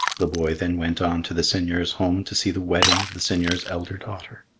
the boy then went on to the seigneur's home to see the wedding of the seigneur's elder daughter.